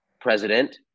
president